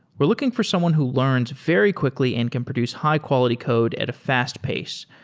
we're looking for someone who learns very quickly and can produce high-quality code at a fast pace.